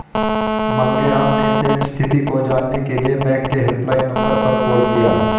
मांगेराम ने चेक स्थिति को जानने के लिए बैंक के हेल्पलाइन नंबर पर कॉल किया